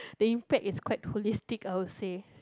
the impact is quite holistic I would say